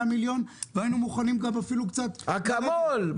מיליון והיינו מוכנים גם אפילו קצת לרדת לרלב"ד --- אקמול,